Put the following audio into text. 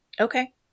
Okay